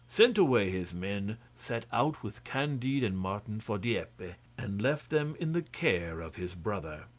sent away his men, set out with candide and martin for dieppe, and left them in the care of his brother.